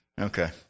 Okay